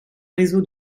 réseau